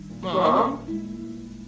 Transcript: Mom